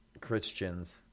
Christians